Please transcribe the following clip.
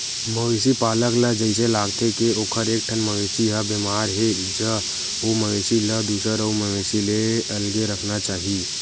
मवेशी पालक ल जइसे लागथे के ओखर एकठन मवेशी ह बेमार हे ज ओ मवेशी ल दूसर अउ मवेशी ले अलगे राखना चाही